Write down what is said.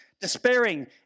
despairing